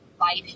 life